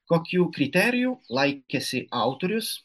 kokių kriterijų laikėsi autorius